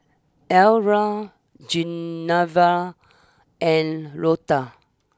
Elmyra Genevra and Loda